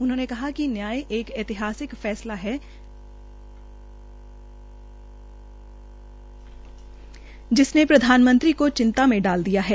उन्होंने कहा कि न्यय एक ऐतिहासिक फैसला है कि जिसने प्रधानमंत्री को चिंता में डाल दिया है